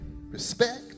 Respect